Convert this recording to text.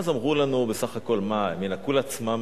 אז אמרו לנו: בסך הכול מה, הם ינקו לעצמם,